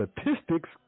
statistics